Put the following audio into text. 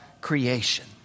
creation